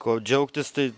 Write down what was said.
kuo džiaugtis tai